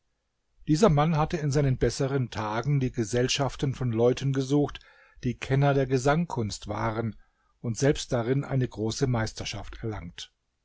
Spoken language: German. dieser mann hatte in seinen besseren tagen die gesellschaften von leuten gesucht die kenner der gesangkunst waren und selbst darin eine große meisterschaft erlangt